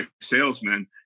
salesmen